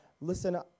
Listen